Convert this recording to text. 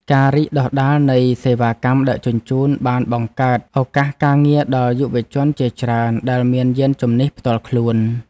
ការរីកដុះដាលនៃសេវាកម្មដឹកជញ្ជូនបានបង្កើតឱកាសការងារដល់យុវជនជាច្រើនដែលមានយានជំនិះផ្ទាល់ខ្លួន។